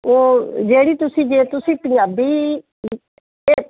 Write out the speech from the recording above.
ਉਹ ਜਿਹੜੀ ਤੁਸੀਂ ਜੇ ਤੁਸੀਂ ਪੰਜਾਬੀ ਅਤੇ